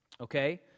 Okay